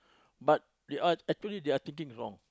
but uh I told you they are thinking wrong